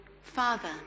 Father